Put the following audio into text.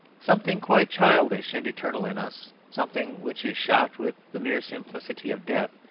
something quite childish and eternal in us, something which is shocked with the mere simplicity of death,